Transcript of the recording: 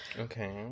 Okay